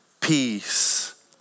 peace